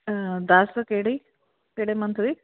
ਦਸ ਕਿਹੜੀ ਕਿਹੜੇ ਮੰਥ ਦੀ